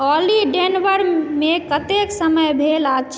ऑली डेनवर मे कतेक समय भेल अछि